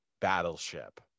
Battleship